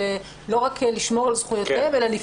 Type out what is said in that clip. לא רק בשביל לשמור על זכויותיהם אלא כדי